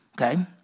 Okay